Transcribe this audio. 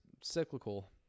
cyclical